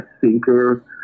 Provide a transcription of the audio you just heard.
thinker